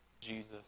Jesus